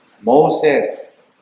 Moses